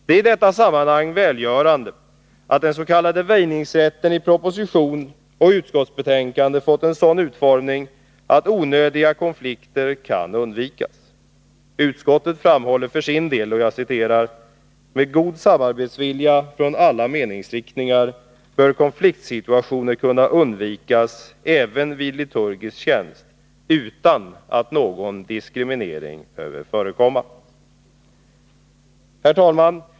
Det är i detta sammanhang välgörande att den s.k. väjningsrätten i propositionen och utskottsbetänkandet fått en sådan utformning att onödiga konflikter kan undvikas. Utskottet framhåller: ”Med god samarbetsvilja från alla meningsriktningar bör konfliktsituationer kunna undvikas även vid liturgisk tjänst utan att någon diskriminering behöver förekomma.” Herr talman!